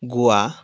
গোৱা